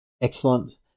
excellent